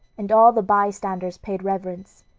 and all the bystanders paid reverence.